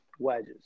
wedges